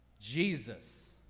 Jesus